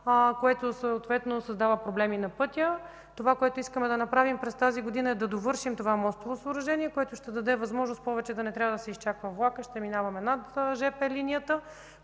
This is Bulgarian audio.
и съответно създава проблеми на пътя. Това, което искаме да направим през тази година, е да довършим това мостово съоръжение, което ще даде възможност повече да не трябва да се изкачва влакът, ще минаваме над жп линията,